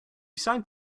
signed